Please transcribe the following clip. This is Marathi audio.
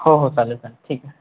हो हो चालेल चालेल ठीक आहे